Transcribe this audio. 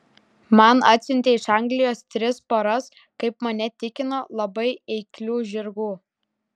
man atsiuntė iš anglijos tris poras kaip mane tikino labai eiklių žirgų